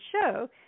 show